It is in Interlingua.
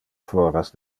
foras